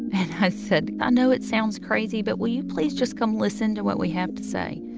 and i said, i know it sounds crazy, but will you please just come listen to what we have to say?